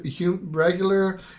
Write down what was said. regular